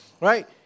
Right